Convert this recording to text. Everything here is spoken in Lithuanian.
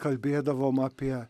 kalbėdavom apie